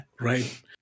Right